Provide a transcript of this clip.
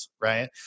right